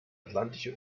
atlantische